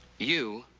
you.